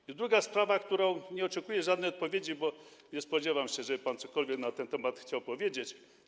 I druga kwestia, w której nie oczekuję żadnej odpowiedzi, bo nie spodziewam się, żeby pan cokolwiek na ten temat chciał powiedzieć.